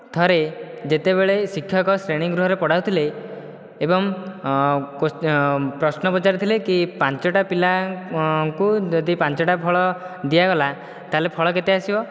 ଥରେ ଯେତେବେଳେ ଶିକ୍ଷକ ଶ୍ରେଣୀ ଗୃହରେ ପଢ଼ାଉଥିଲେ ଏବଂ ପ୍ରଶ୍ନ ପଚାରିଥିଲେ କି ପାଞ୍ଚଟା ପିଲାଙ୍କୁ ଯଦି ପାଞ୍ଚଟା ଫଳ ଦିଆଗଲା ତାହେଲେ ଫଳ କେତେ ଆସିବ